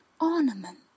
ornament